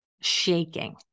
shaking